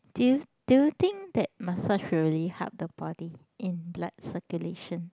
do you do you think that massage really help the body in blood circulation